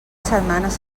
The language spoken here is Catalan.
setmanes